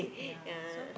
yeah so